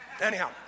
Anyhow